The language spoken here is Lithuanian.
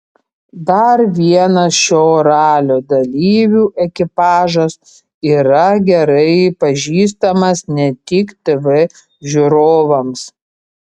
dar vienas šio ralio dalyvių ekipažas yra gerai pažįstamas ne tik tv žiūrovams